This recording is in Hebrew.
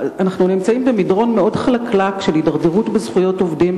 אנחנו נמצאים במדרון מאוד חלקלק של הידרדרות בזכויות עובדים.